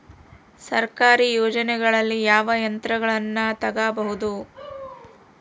ಸರ್ಕಾರಿ ಯೋಜನೆಗಳಲ್ಲಿ ಯಾವ ಯಂತ್ರಗಳನ್ನ ತಗಬಹುದು?